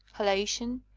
halation,